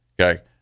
Okay